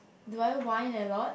do I whine a lot